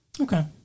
Okay